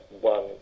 one